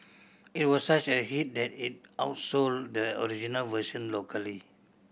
it was such a hit that it outsold the original version locally